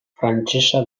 frantsesa